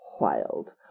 wild